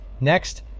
next